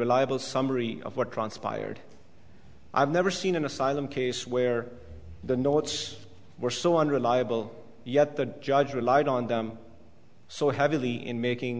reliable summary of what transpired i've never seen an asylum case where the notes were so unreliable yet the judge relied on them so heavily in making